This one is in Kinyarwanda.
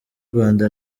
rwanda